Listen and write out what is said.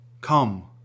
Come